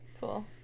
Cool